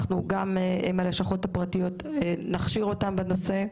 גם את הלשכות הפרטיות נכשיר בנושא.